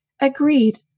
agreed